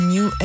New